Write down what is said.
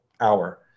hour